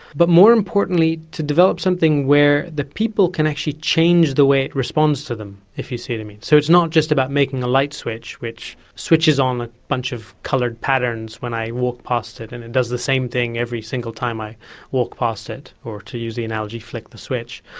but more importantly to develop something where the people can actually change the way it responds to them, if you see what i mean. so it's not just about making a light switch which switches on a bunch of coloured patterns when i walk past it and it does the same thing every single time i walk past it or, to use the analogy, flick the switch,